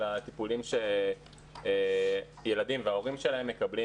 כל הטיפולים שהילדים וההורים שלהם מקבלים